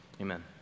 amen